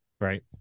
right